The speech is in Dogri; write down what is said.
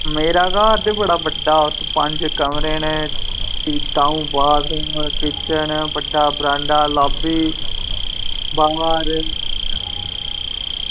मेरे स्हाब ते बड़ा बड्डा पंज कमरे न फ्ही दं'ऊ बाथरूम किचन बड्डा बरांडा ते लाबी द'ऊं हाल